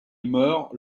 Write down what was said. meurt